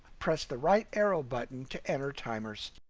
press the right arrow button to enter timers.